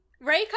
Ray